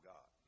God